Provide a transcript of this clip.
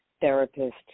Therapist